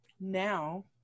now